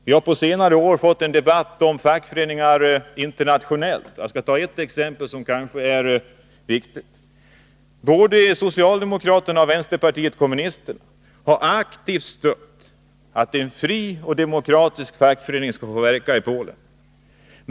Vi har på senare år fått en debatt om fackföreningar internationellt. Jag skall ta ett exempel som kan vara viktigt. Både socialdemokraterna och vänsterpartiet kommunisterna har aktivt verkat för att en fri och demokratisk fackförening skall få arbeta i Polen.